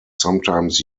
sometimes